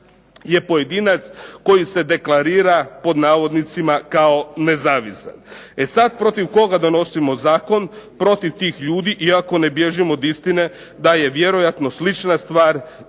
je pojedinac koji se deklarira, pod navodnicima, kao nezavisan. E sad protiv koga donosimo zakon? Protiv tih ljudi iako ne bježim od istine da je vjerojatno slična stvar